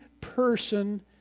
person